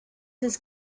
his